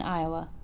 Iowa